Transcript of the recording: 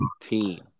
team